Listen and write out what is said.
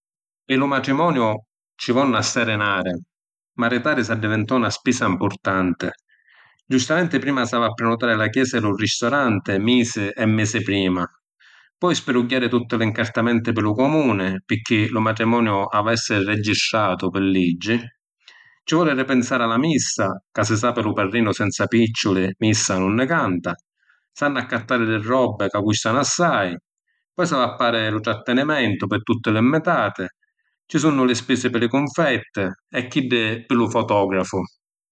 Pi lu matrimoniu ci vonnu assai dinari. Maritarisi addivintò na spisa ‘mpurtanti. Giustamenti prima s’havi a prenutari la chiesa e lu risturanti misi e misi prima; poi spidugghiari tutti l’incartamenti pi lu Cumuni, pirchì lu matrimoniu havi a esseri registratu pi liggi. Ci voli di pinsari a la missa, ca si sapi lu parrinu senza picciuli missa nun nni canta. S’hannu a accattari li robbi, ca custanu assai. Poi s’havi a pagàri lu trattinimentu pi tutti li ‘nvitati. Ci sunnu li spisi pi li cunfetti e chiddu pi lu fotografu.